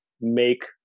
make